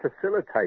facilitate